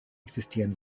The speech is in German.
existieren